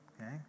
Okay